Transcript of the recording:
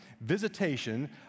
visitation